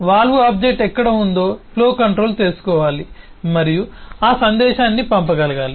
valve object ఎక్కడ ఉందో flow controller తెలుసుకోవాలి మరియు అది ఆ సందేశాన్ని పంపగలగాలి